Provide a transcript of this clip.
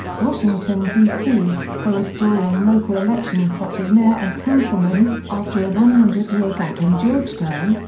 washington, d c, for restoring local elections such as mayor and councilmen, after a one hundred year gap in georgetown,